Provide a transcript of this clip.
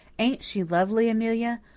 ain't she lovely, amelia?